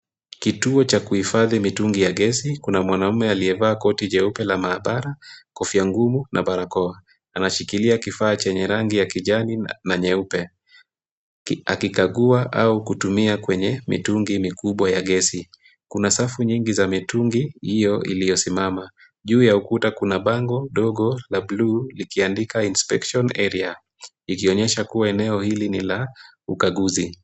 Kituo cha kuhifadhi mitungi ya gesi kuna mwanaume aliyevaa koti jeupe la maabara kofia ngumu na barakoa. Anashikilia kifaa chenye rangi ya kijani na nyeupe. Akikagua au kutumia kwenye mitungi mikubwa ya gesi, kuna safu nyingi za mitungi hiyo iliyosimama. Juu ya ukuta kuna bango dogo la bluu likiandika inspection Area . Ikionyesha kuwa eneo hili ni la ukaguzi.